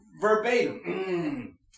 verbatim